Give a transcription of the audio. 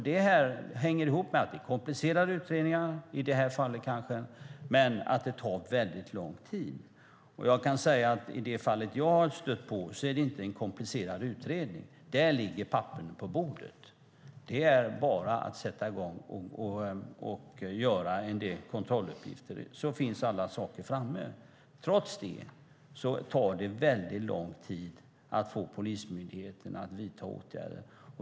Det hänger ihop med att det är komplicerade utredningar, inte i det här fallet kanske, men att det tar väldigt lång tid. Jag kan säga att i det fall som jag har stött på är det inte en komplicerad utredning. Där ligger papperen på bordet. Det är bara att sätta i gång och göra en del kontrolluppgifter så finns alla saker framme. Trots det tar det väldigt lång tid att få polismyndigheten att vidta åtgärder.